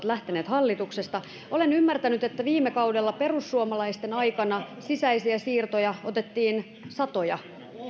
lähteneet hallituksesta olen ymmärtänyt että viime kaudella perussuomalaisten aikana sisäisiä siirtoja otettiin satoja